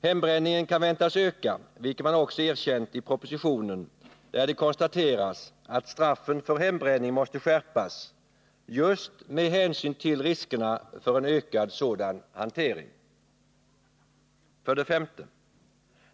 Hembränningen kan väntas öka, vilket man också erkänt i propositionen, där det konstateras att straffen för hembränning måste skärpas just med hänsyn till riskerna för en ökad sådan hantering. 5.